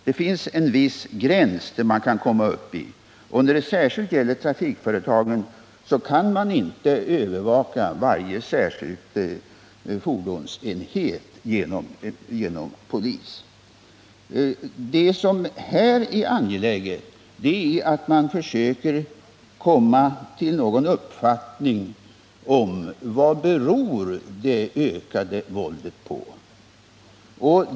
Det finns en viss gräns för vad man kan åstadkomma på den vägen. Man kan inte med polis övervaka varje särskild fordonsenhet i trafikföretagen. Det som här är angeläget är att man försöker komma fram till vad det ökade att förbättra ordningen på bussar våldet beror på.